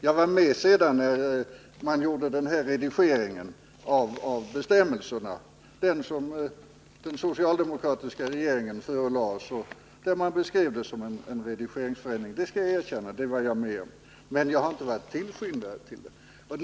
Jag var med i riksdagen när man gjorde den redigering av bestämmelserna som den socialdemokratiska regeringen förelade riksdagen. Men jag har inte varit tillskyndare till lagen.